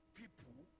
people